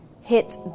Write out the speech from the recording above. hit